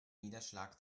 niederschlag